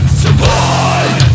survive